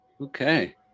Okay